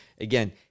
again